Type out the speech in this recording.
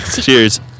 Cheers